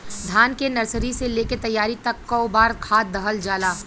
धान के नर्सरी से लेके तैयारी तक कौ बार खाद दहल जाला?